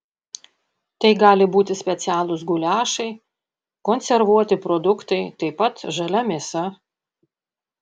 tai gali būti specialūs guliašai konservuoti produktai taip pat žalia mėsa